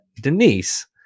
Denise